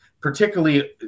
particularly